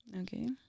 Okay